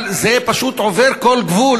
אבל זה פשוט עובר כל גבול.